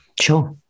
Sure